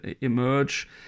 emerge